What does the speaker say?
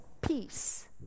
peace